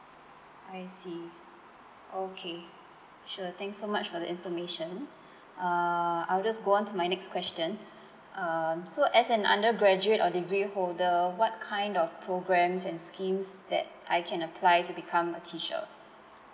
I see okay sure thanks so much for the information uh I'll just go on to my next question um so as an undergraduate or degree holder what kind of programs and schemes that I can apply to become a teacher